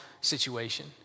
situation